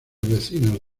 vecinos